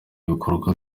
ibikorwa